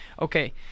Okay